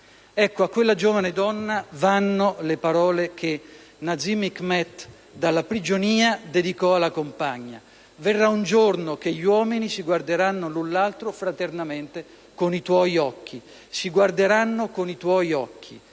Ecco, a quella giovane donna vanno le parole che Nazım Hikmet dalla prigionia dedicò alla compagna: «Verrà un giorno che gli uomini si guarderanno l'un l'altro fraternamente con i tuoi occhi».